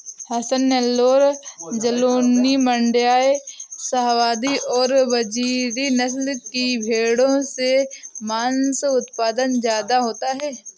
हसन, नैल्लोर, जालौनी, माण्ड्या, शाहवादी और बजीरी नस्ल की भेंड़ों से माँस उत्पादन ज्यादा होता है